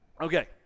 Okay